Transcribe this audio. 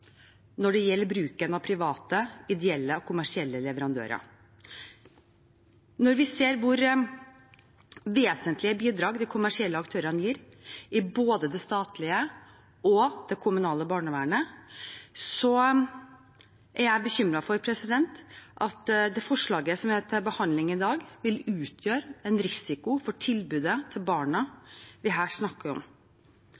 når det gjelder bruken av private, ideelle og kommersielle leverandører. Når vi ser hvor vesentlige bidrag de kommersielle aktørene gir i både det statlige og det kommunale barnevernet, er jeg bekymret for at det forslaget som vi har til behandling i dag, vil utgjøre en risiko for tilbudet til de barna